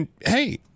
hey